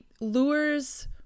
lures